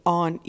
on